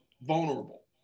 vulnerable